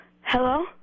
Hello